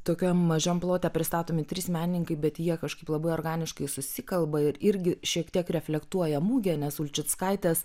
tokiam mažam plote pristatomi trys menininkai bet jie kažkaip labai organiškai susikalba ir irgi šiek tiek reflektuoja mugę nes ulčickaitės